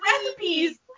recipes